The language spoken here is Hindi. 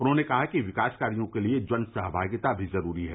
उन्होंने कहा कि विकास कार्यो के लिए जन सहभागिता भी जरूरी है